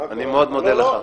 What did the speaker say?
אני מאוד מודה לך.